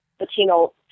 Latino